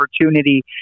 opportunity